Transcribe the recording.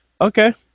Okay